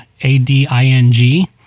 A-D-I-N-G